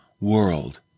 world